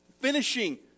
finishing